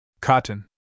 Cotton